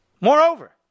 Moreover